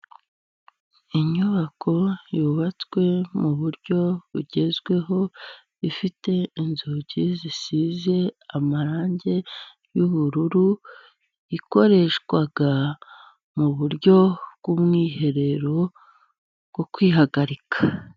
Inyubako yubatswe mu buryo bugezweho, ifite inzugi zisize amarangi y'ubururu ikoreshwa mu buryo bw'umwiherero bwo kwihagarika.